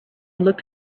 looked